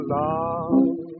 love